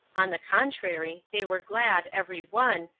on the contrary, they were glad, every one,